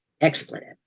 expletive